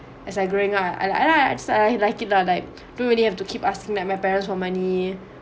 as I growing up I I I say I like it lah like don't really have to keep asking like my parents for money